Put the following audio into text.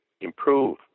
improve